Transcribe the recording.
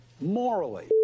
morally